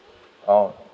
oh